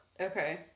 Okay